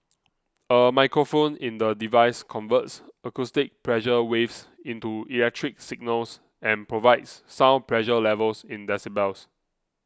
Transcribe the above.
a microphone in the device converts acoustic pressure waves into electrical signals and provides sound pressure levels in the decibels